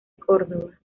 córdoba